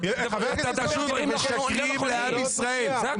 וכשהגיע הנושא של